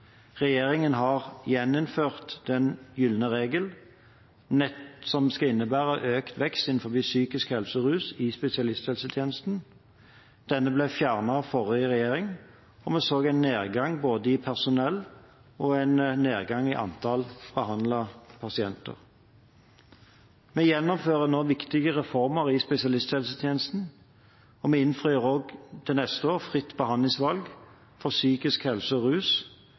Regjeringen har gjeninnført den gylne regel som skal innebære økt vekst innen behandling innenfor psykisk helse og rus i spesialisthelsetjenesten. Denne ble fjernet av den forrige regjering, og vi så en nedgang både i personell og antall behandlede pasienter. Vi gjennomfører nå viktige reformer i spesialisthelsetjenesten, og vi innfrir også til neste år fritt behandlingsvalg for psykisk helse og rus,